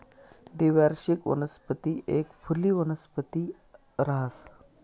द्विवार्षिक वनस्पती एक फुली वनस्पती रहास